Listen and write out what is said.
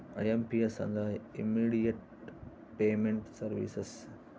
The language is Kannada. ಐ.ಎಂ.ಪಿ.ಎಸ್ ಅಂದ್ರ ಇಮ್ಮಿಡಿಯೇಟ್ ಪೇಮೆಂಟ್ ಸರ್ವೀಸಸ್